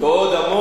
ועוד ידנו נטויה,